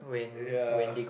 ya